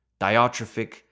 diatrophic